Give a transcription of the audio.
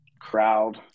crowd